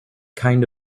kind